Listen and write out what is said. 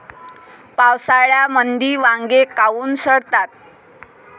पावसाळ्यामंदी वांगे काऊन सडतात?